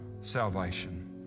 salvation